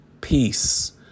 peace